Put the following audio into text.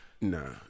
Nah